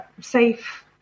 safe